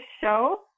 show